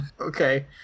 Okay